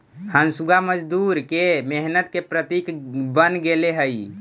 हँसुआ मजदूर के मेहनत के प्रतीक बन गेले हई